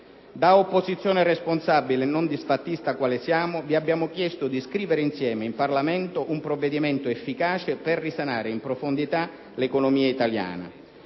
Da opposizione responsabile e non disfattista quale siamo, vi abbiamo chiesto di scrivere insieme in Parlamento un provvedimento efficace per risanare in profondità l'economia italiana,